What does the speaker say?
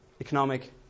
economic